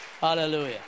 Hallelujah